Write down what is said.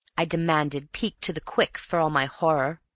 i demanded, piqued to the quick for all my horror.